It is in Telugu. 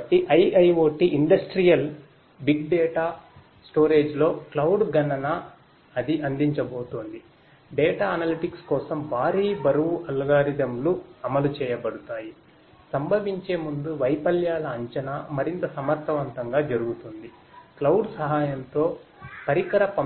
కాబట్టి IIoT ఇండస్ట్రియల్ బిగ్ డేటా